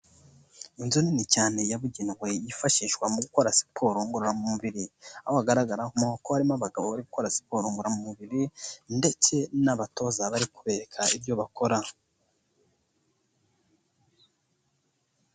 Inzu nini cyane yababugenewe yifashishwa mu gukora siporo ngororamubiri. Aho hagaragaramo ko harimo abagabo bari gukora siporo ngororamubiri ndetse n'abatoza bari kubereka ibyo bakora.